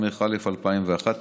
אמרת שהקודמת עוברת לוועדת